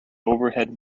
overhead